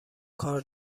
کار